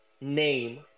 name